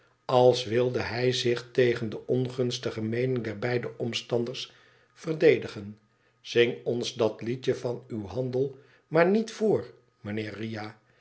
als wilde hij zich tegen de ongunstige meening der beide omstanders verdedigen zing ons dat liedje yan uw handel maar niet voor mijnheer riah